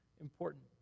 important